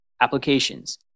applications